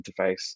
interface